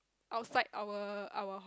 outside our our